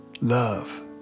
love